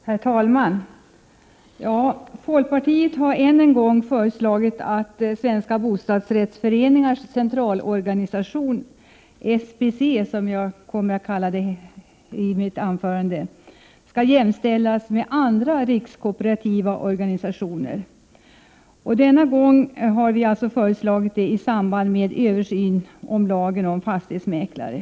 Herr talman! Folkpartiet har än en gång föreslagit att Sveriges Bostadsrättsföreningars centralorganisation — SBC som jag kommer att säga i fortsättningen — skall jämställas med andra rikskooperativa organisationer. Denna gång har vi föreslagit det i samband med översyn av lagen om fastighetsmäklare.